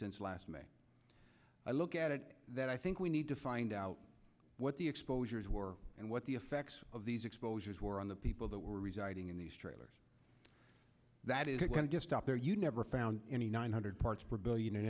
since last may i look at it that i think we need to find out what the exposures were and what the effects of these exposures were on the people that were residing in these trailers that is going to stop there you never found any nine hundred parts per billion in